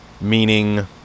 Meaning